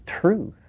truth